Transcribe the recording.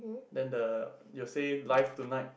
then the you say live tonight